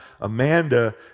Amanda